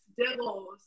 devils